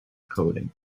coding